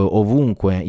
ovunque